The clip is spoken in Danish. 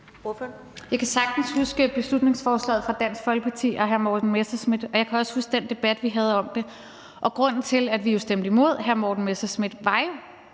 Jeg kan sagtens huske beslutningsforslaget fra Dansk Folkeparti og hr. Morten Messerschmidt, og jeg kan også huske den debat, vi havde om det. Grunden til, at vi stemte imod, hr. Morten Messerschmidt, var jo,